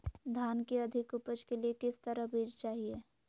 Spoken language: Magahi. धान की अधिक उपज के लिए किस तरह बीज चाहिए?